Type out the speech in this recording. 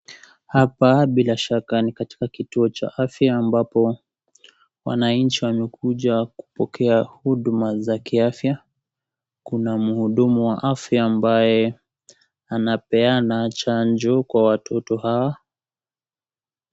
Hapa bila shaka ni kituo cha afya ambapo wananchi wamekuja kupokea huduma za kiafya. Kuna mhudumu wa afya ambaye anapeana chanjo kwav watoto hawa.